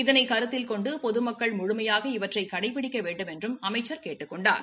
இதனை கருத்தில் கொண்டு பொதுமக்கள் முழுமையாக இவற்றை கடைபிடிக்க வேண்டுமென்றும் அமைச்சர் கேட்டுக் கொண்டார்